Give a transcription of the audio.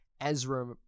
ezra